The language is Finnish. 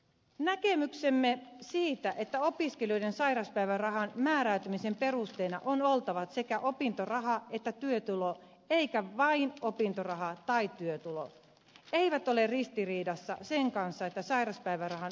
näkemyksemme siitä että opiskelijoiden sairauspäivärahan määräytymisen perusteena on oltava sekä opintoraha että työtulo eikä vain opintoraha tai työtulo eivät ole ristiriidassa sen kanssa että sairauspäivärahan omavastuuaika lyhenee